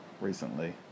recently